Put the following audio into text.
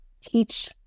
teach